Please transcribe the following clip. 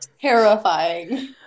terrifying